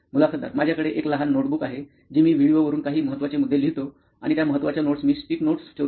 मुलाखतदार माझ्याकडे एक लहान नोटबुक आहे जी मी व्हिडिओवरून काही महत्त्वाचे मुद्दे लिहितो आणि त्या महत्त्वाच्या नोट्स मी स्टिक नोट्स ठेवतो